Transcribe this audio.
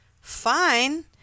fine